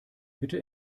bitte